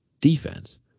defense